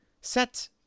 set